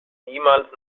niemals